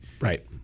Right